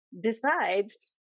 decides